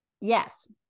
yes